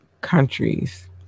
countries